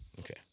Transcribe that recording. Okay